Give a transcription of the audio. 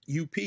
UP